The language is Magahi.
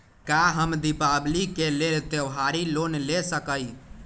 का हम दीपावली के लेल त्योहारी लोन ले सकई?